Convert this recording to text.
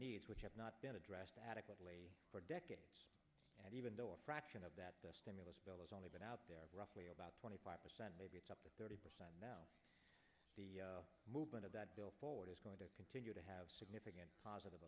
needs which have not been addressed adequately for decades and even though a fraction of that the stimulus bill has only been out there roughly about twenty five percent maybe it's up to thirty percent now the movement of that bill forward is going to continue to have significant positive